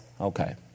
Okay